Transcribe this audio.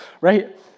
right